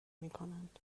میکنند